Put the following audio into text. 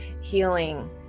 healing